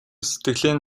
сэтгэлийн